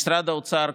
משרד האוצר,